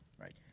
Right